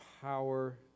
power